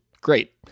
great